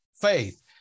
faith